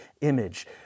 image